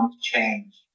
change